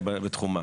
בתחומה.